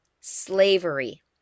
Slavery